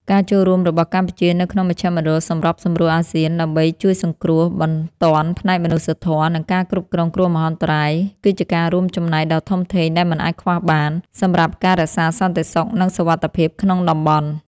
ការចូលរួមរបស់កម្ពុជានៅក្នុងមជ្ឈមណ្ឌលសម្របសម្រួលអាស៊ាន ដើម្បីជួយសង្គ្រោះបន្ទាន់ផ្នែកមនុស្សធម៌ និងការគ្រប់គ្រងគ្រោះមហន្តរាយ គឺជាការរួមចំណែកដ៏ធំធេងដែលមិនអាចខ្វះបាន សម្រាប់ការរក្សាសន្តិសុខ និងសុវត្ថិភាពក្នុងតំបន់។